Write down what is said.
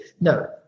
no